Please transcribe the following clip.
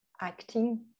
acting